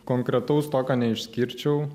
konkretaus tokio neišskirčiau